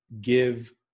give